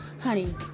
honey